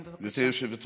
יישר כוח.